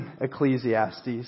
Ecclesiastes